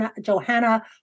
Johanna